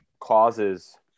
causes